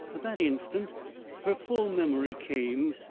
at that instant her full memory came,